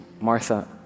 Martha